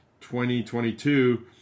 2022